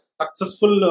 successful